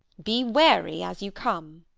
be wary as you come.